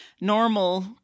normal